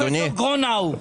פרופ' גרונאו.